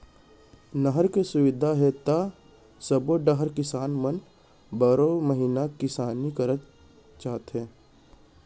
नहर के सुबिधा हे त सबो डहर किसान मन बारो महिना किसानी करना चाहथे